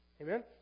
Amen